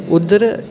उद्धर